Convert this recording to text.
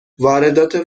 واردات